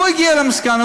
הוא הגיע למסקנה,